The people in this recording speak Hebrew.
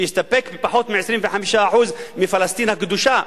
שיסתפק בפחות מ-25% מפלסטין הקדושה,